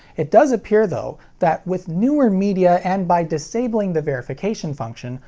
it does appear, though, that with newer media and by disabling the verification function,